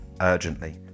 urgently